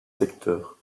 secteurs